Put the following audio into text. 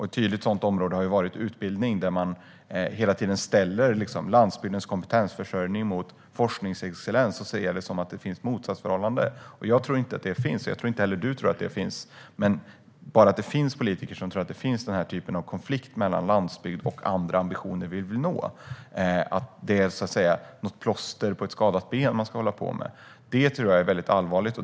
Ett tydligt sådant område har varit utbildning, där man hela tiden ställer landsbygdens kompetensförsörjning mot forskningsexcellens och ser det som ett motsatsförhållande. Jag tror inte att det finns. Jag tror inte heller att du tror att det finns. Men bara att det finns politiker som tror att det finns en konflikt mellan landsbygd och andra ambitioner - som ett plåster på ett skadat ben som man håller på med - är allvarligt.